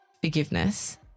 forgiveness